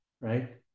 right